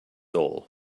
all